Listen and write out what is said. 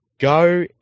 go